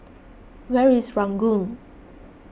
where is Ranggung